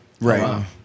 Right